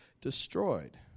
destroyed